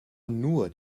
nuot